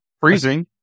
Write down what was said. Freezing